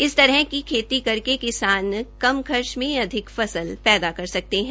इस तरह की खेती करके किसान कम खर्च में अधिक फसल पैदा कर सकते हैं